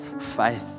faith